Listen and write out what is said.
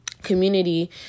community